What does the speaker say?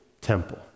temple